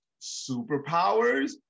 superpowers